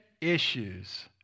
issues